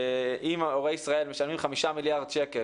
אם הורי ישראל משלמים חמישה מיליארד שקל,